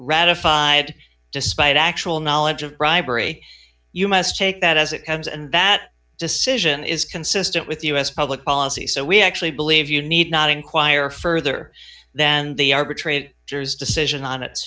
ratified despite actual knowledge of bribery you must take that as it comes and that decision is consistent with u s public policy so we actually believe you need not inquire further than the arbitrate jer's decision on its